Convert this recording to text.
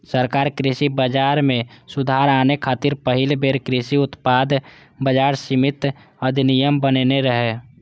सरकार कृषि बाजार मे सुधार आने खातिर पहिल बेर कृषि उत्पाद बाजार समिति अधिनियम बनेने रहै